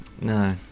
No